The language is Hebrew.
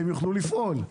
והם יוכלו לפעול.